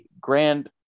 Grand